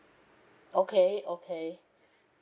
okay okay